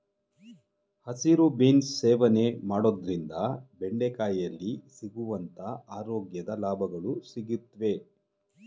ಹಸಿರು ಬೀನ್ಸ್ ಸೇವನೆ ಮಾಡೋದ್ರಿಂದ ಬೆಂಡೆಕಾಯಿಯಲ್ಲಿ ಸಿಗುವಂತ ಆರೋಗ್ಯದ ಲಾಭಗಳು ಸಿಗುತ್ವೆ